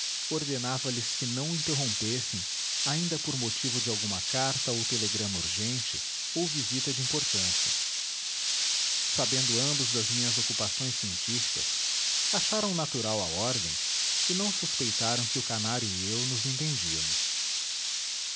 criados ordenava lhes que não me interrompessem ainda por motivo de alguma carta ou telegrama urgente ou visita de importância sabendo ambos das minhas ocupações científicas acharam natural a ordem e não suspeitaram que o canário e eu nos entendíamos